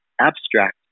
abstract